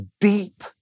deep